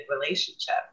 relationship